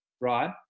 right